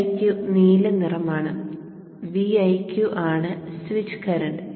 Viq നീല നിറമാണ് Viq ആണ് സ്വിച്ച് കറന്റ്